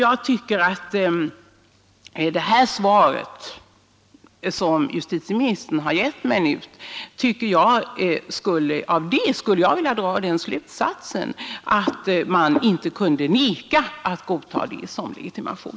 Av det svar justitieministern här givit skulle jag vilja dra den slutsatsen att man i statliga verk inte kan neka att godtaga pass som legitimation.